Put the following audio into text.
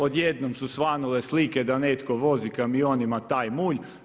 Odjednom smo svanule slike, da netko vozi kamionima taj mulj.